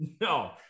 No